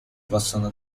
possono